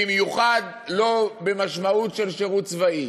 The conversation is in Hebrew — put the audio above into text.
במיוחד לא במשמעות של שירות צבאי.